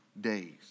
days